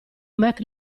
mac